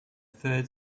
third